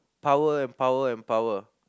power and power and power